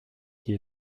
qui